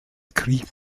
krieg